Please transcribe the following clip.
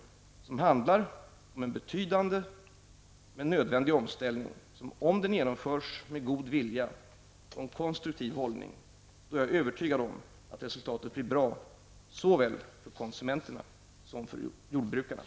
Det är en betydande men nödvändig omställning. Om den genomförs med god vilja och en konstruktiv hållning, är jag övertygad om att resultatet blir bra såväl för konsumenterna som för jordbruket.